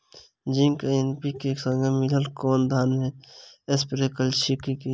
Zinc आ NPK, संगे मिलल कऽ धान मे स्प्रे कऽ सकैत छी की?